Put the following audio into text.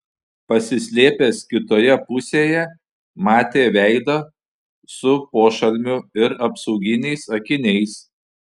pasislėpęs kitoje pusėje matė veidą su pošalmiu ir apsauginiais akiniais